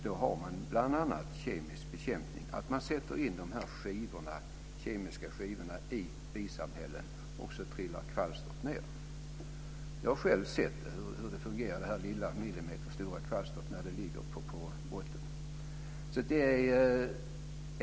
Då är det bl.a. kemisk bekämpning, där man sätter in kemiska skivor i bisamhällena så att kvalstret faller ned. Jag har själv sett hur det fungerar och hur det millimeterstora kvalstret ligger där på botten.